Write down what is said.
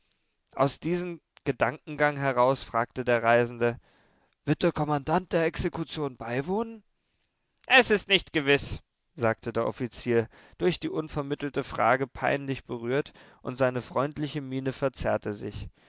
aus diesem gedankengang heraus fragte der reisende wird der kommandant der exekution beiwohnen es ist nicht gewiß sagte der offizier durch die unvermittelte frage peinlich berührt und seine freundliche miene verzerrte sich